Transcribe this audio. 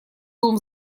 дом